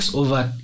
over